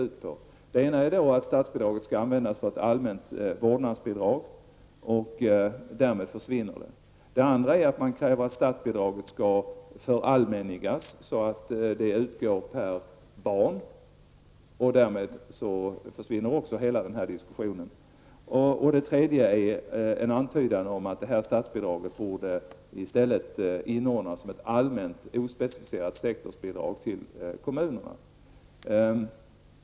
För det första sägs det att statsbidraget skall användas för ett allmänt vårdnadsbidrag, och därmed försvinner denna diskussion. För det andra kräver man att statsbidraget skall ''förallmännigas'', så att det utgår per barn, och därmed försvinner också hela denna diskussion. För det tredje antyds att det här statsbidraget i stället borde inordnas som ett allmänt ospecificerat sektorsbidrag till kommunerna.